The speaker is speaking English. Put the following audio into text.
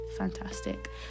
Fantastic